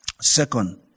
Second